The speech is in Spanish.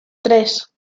tres